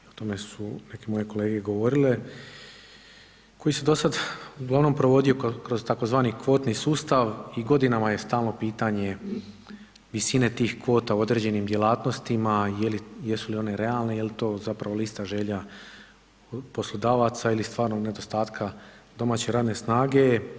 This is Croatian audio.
O tome su neki moji kolege govorile koji se do sada uglavnom provodio kroz tzv. kvotni sustav i godinama je stalno pitanje visine tih kvota u određenim djelatnostima, jesu li one realne, je li to zapravo lista želja poslodavaca ili stvarnog nedostatka domaće radne snage.